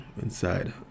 inside